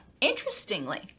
interestingly